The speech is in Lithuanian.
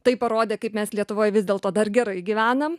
tai parodė kaip mes lietuvoj vis dėlto dar gerai gyvenam